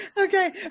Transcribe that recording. Okay